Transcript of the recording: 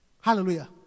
Hallelujah